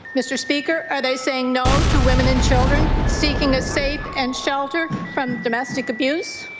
mr. speaker, are they saying no to women and children seeking a safe and shelter from domestic abuse?